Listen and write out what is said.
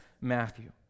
Matthew